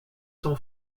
son